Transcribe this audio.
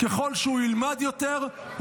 ככל שהוא ילמד יותר,